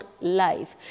life